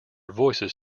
voices